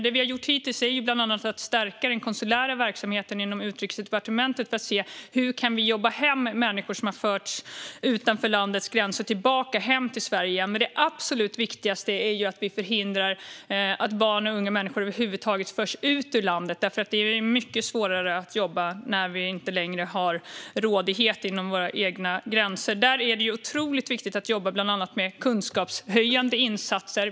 Det vi har gjort hittills är bland annat att stärka den konsulära verksamheten inom Utrikesdepartementet för att se hur vi kan jobba för att människor som har förts utanför landets gränser ska komma tillbaka hem till Sverige. Men det absolut viktigaste är att vi förhindrar att barn och unga människor över huvud taget förs ut ur landet, för det är mycket svårare att jobba när vi inte längre har rådighet inom våra egna gränser. Det är otroligt viktigt att jobba med bland annat kunskapshöjande insatser.